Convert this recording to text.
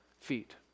feet